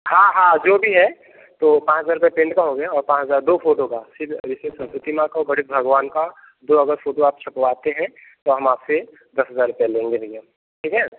हाँ हाँ जो भी है तो पाँच हज़ार रुपए पेंट का हो गया और पाँच हज़ार दो फोटो का सिर्फ अभी सिर्फ सरस्वती माँ का और गणेश भगवान का दो अगर फोटो आप छपवाते हैं तो हम आपसे दस हज़ार रुपए लेंगे भईया हम ठीक है